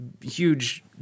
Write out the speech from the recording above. huge